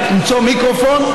למצוא מיקרופון,